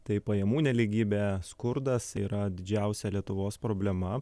tai pajamų nelygybė skurdas yra didžiausia lietuvos problema